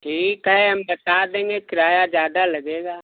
ठीक है हम बता देंगे किराया ज़्यादा लगेगा